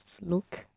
look